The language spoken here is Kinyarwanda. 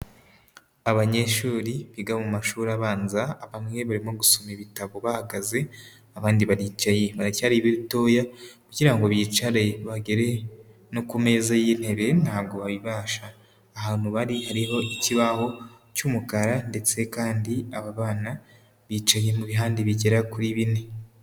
Abanyeshuri biga mu mashuri abanza, bamwe barimo gusoma ibitabo bahagaze, abandi baricaye baracyari batoya kugira ngo bicare bagere no ku meza y'intebe ntabwo babibasha. Ahantu bari hariho ikibaho cy'umukara ndetse kandi aba bana bicaye mu bihande bigera kuri bine.